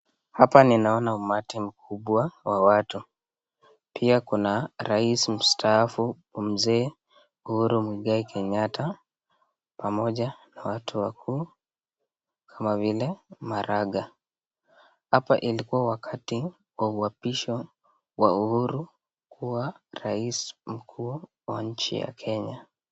Hapa ninaona umati mkubwa wa watu, pia kuna rais mstaafu mzee Uhuru Mwigai Kenyatta, pamoja na watu wakuu, kama vile maraga, hapa ilikua wakati wa uwapisho wa uhuru kuwa Raisi mkuu wa kenya.